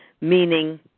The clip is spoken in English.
meaning